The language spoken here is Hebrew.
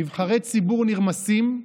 נבחרי ציבור נרמסים,